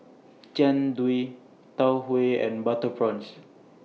Jian Dui Tau Huay and Butter Prawns